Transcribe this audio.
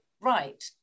right